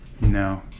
No